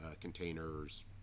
containers